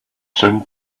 soon